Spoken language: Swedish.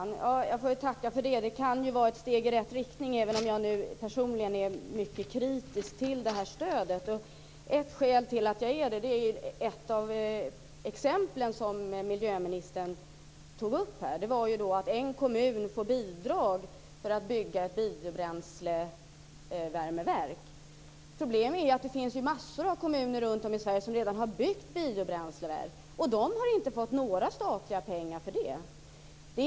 Fru talman! Jag får tacka för det. Det kan vara ett steg i rätt riktning, även om jag personligen är mycket kritisk till det här stödet. Ett skäl till att jag är det är ett av de exempel som miljöministern tog upp, där en kommun får bidrag för att bygga biobränslevärmeverk. Problemet är att massor av kommuner runtom i Sverige redan har byggt biobränsleverk och att de inte har fått några statliga pengar för det.